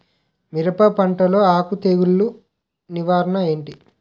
మిరప పంటలో ఆకు తెగులు నివారణ ఏంటి?